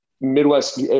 Midwest